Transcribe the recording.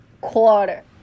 Quarter